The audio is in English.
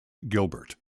gilbert